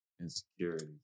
insecurity